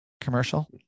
commercial